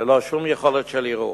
ללא שום יכולת של ערעור.